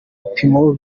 bipimo